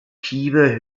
kiewer